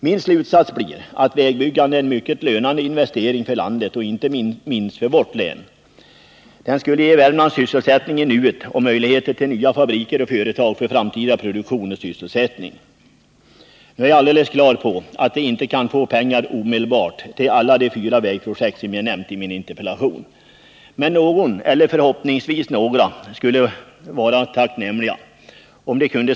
Min slutsats blir att vägbyggande är en mycket lönande investering för landet och inte minst för vårt län. Det skulle ge Värmland sysselsättning i nuet och möjligheter till nya fabriker och företag för framtida produktion och sysselsättning. Nu är jag naturligtvis klar över att vi inte kan få pengar omedelbart till alla de fyra vägprojekt som jag nämnt i min interpellation. Det skulle dock vara tacknämligt om vi kunde få medel för att sätta i gång något eller förhoppningsvis några av dem.